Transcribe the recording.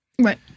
Right